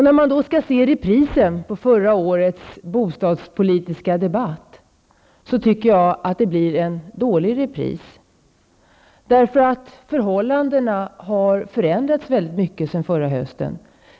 När man då skall se reprisen på förra årets bostadspolitiska debatt tycker jag att det blir en dålig repris, därför att förhållandena har förändrats mycket sedan förra hösten.